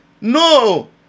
No